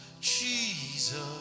Jesus